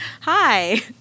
hi